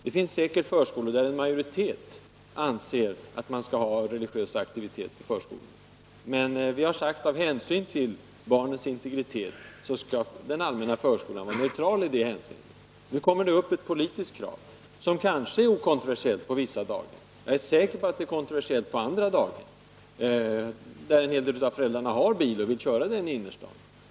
Det finns säkerligen förskolor där en majoritet av föräldrarna anser att man skall ha religiös aktivitet, men vi har sagt att med hänsyn till barnens integritet skall den allmänna förskolan vara neutral i det hänseendet. Nu kommer det upp ett politiskt krav, som kanske är okontroversiellt på vissa daghem, men jag är säker på att det är kontroversiellt på andra, där en hel del av föräldrarna har bil och vill köra den i innerstaden.